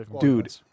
Dude